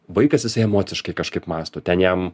vaikas jisai emociškai kažkaip mąsto ten jam